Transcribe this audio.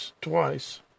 Twice